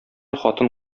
хатын